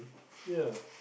ya